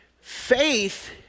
faith